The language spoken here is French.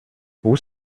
vous